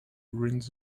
ruins